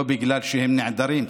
לא בגלל שהם נעדרים,